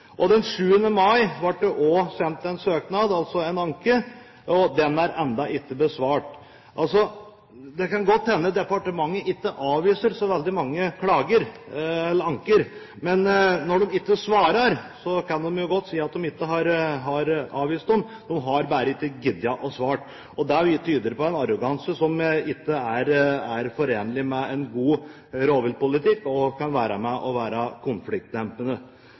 Den 7. mai ble det også sendt inn en søknad, altså en anke, og den er ennå ikke besvart. Det kan godt hende at departementet ikke avviser så veldig mange anker. Når de ikke svarer, kan de godt si at de ikke har avvist dem, de har bare ikke giddet å svare. Det tyder på en arroganse som ikke er forenlig med en god rovviltpolitikk som kan være konfliktdempende. Jeg synes at statsråden, med den holdningen, er med på å